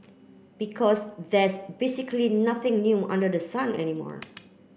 because there's basically nothing new under the sun anymore